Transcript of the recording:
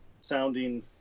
sounding